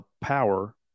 power